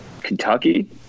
Kentucky